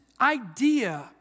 idea